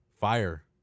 Fire